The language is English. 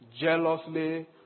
jealously